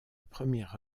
première